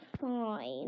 fine